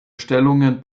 stellungen